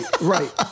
right